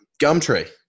Gumtree